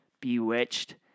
Bewitched